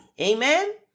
Amen